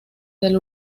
del